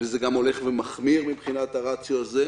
וזה גם הולך ומחמיר מבחינת הרציו הזה.